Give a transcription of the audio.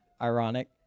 ironic